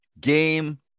game